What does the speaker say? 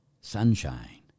sunshine